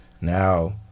Now